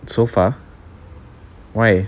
sofa why